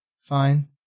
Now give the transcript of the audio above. fine